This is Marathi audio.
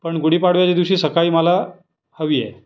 पण गुढीपाडव्याच्या दिवशी सकाळी मला हवी आहे